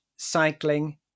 Cycling